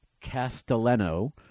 Castellano